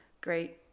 Great